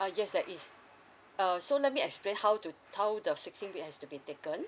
uh yes there is uh so let me explain how do how the sixteen week has to be taken